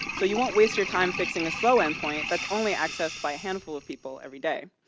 so you won't waste your time fixing a slow endpoint that's only accessed by a handful of people everyday.